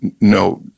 no –